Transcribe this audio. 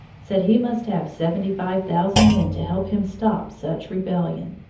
said he must have seventy-five thousand men to help him stop such rebellion.